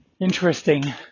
interesting